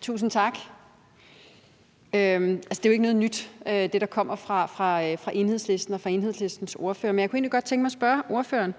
Tusind tak. Det, der kommer fra Enhedslisten og fra Enhedslistens ordfører, er jo ikke noget nyt. Men jeg kunne egentlig godt tænke mig at spørge ordføreren,